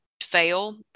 fail